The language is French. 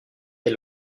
est